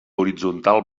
horitzontal